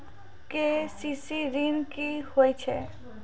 KCC ॠन की होय छै?